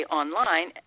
online